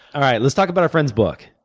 all right. let's talk about our friend's book,